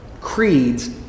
creeds